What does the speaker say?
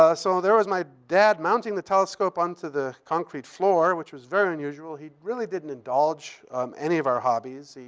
ah so there was my dad mounting the telescope onto the concrete floor, which was very unusual. he really didn't indulge any of our hobbies.